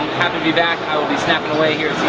happy to be back. i will be snapping away here